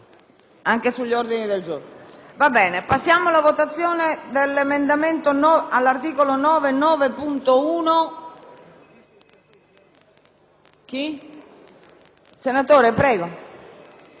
e sugli ordini del giorno